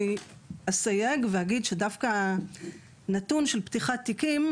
אני אסייג ואגיד שדווקא הנתון של פתיחת תיקים,